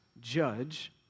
judge